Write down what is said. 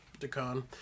Decon